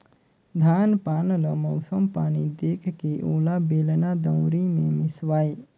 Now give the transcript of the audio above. धान पान ल मउसम पानी देखके ओला बेलना, दउंरी मे मिसवाए